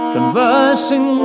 Conversing